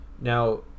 Now